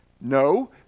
No